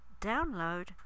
download